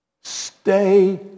Stay